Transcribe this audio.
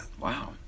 wow